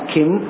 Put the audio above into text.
Kim